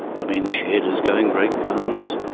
the men's shed is going great guns,